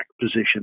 position